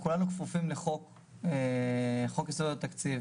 כולנו כפופים לחוק יסודות התקציב